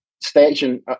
station